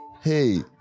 Hey